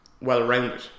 well-rounded